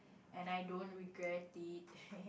and I don't regret it